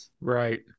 Right